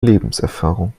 lebenserfahrung